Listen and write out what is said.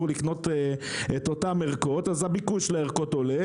לקנות את אותן ערכות אז הביקוש לערכות יעלה,